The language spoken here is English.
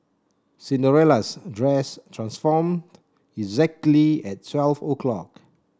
Cinderella's dress transformed exactly at twelve o'clock